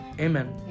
Amen